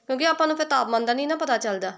ਕਿਉਂਕਿ ਆਪਾਂ ਨੂੰ ਫਿਰ ਤਾਪਮਾਨ ਦਾ ਨਹੀਂ ਨਾ ਪਤਾ ਚੱਲਦਾ